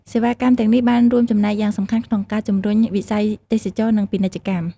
សេវាកម្មទាំងនេះបានរួមចំណែកយ៉ាងសំខាន់ក្នុងការជំរុញវិស័យទេសចរណ៍និងពាណិជ្ជកម្ម។